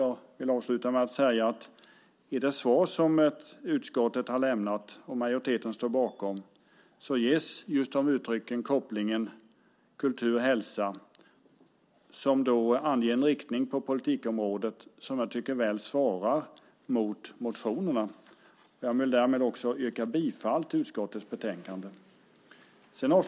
Jag vill därför säga att i det svar som utskottet lämnat, och som majoriteten står bakom, anges uttryckligen kopplingen mellan kultur och hälsa. Därmed anges en riktning på politikområdet som jag tycker väl svarar mot motionerna. Jag vill yrka bifall till utskottets förslag i betänkandet.